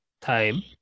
time